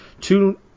Two